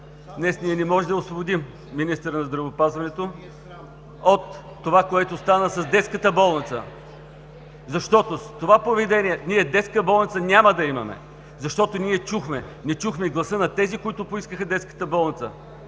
днес ние не може да освободим министъра на здравеопазването от това, което стана с детската болница, защото с това поведение ние детска болница няма да имаме. Защото ние не чухме гласа на тези, които поискаха детската болница